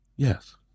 Yes